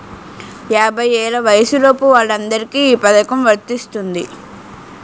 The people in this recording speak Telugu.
యాభై ఏళ్ల వయసులోపు వాళ్ళందరికీ ఈ పథకం వర్తిస్తుంది